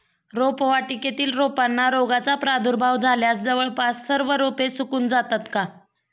रोपवाटिकेतील रोपांना रोगाचा प्रादुर्भाव झाल्यास जवळपास सर्व रोपे सुकून जातात का?